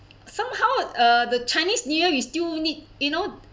somehow uh the chinese new year you still need you know